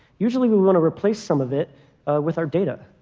usually, we want to replace some of it with our data.